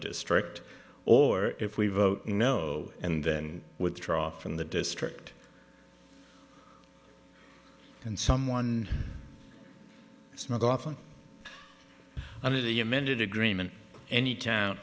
district or if we vote no and then withdraw from the district and someone it's not often under the amended agreement anytown